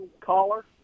caller